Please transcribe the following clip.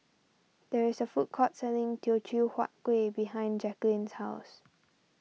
there is a food court selling Teochew Huat Kuih behind Jacquelin's house